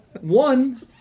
one